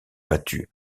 battu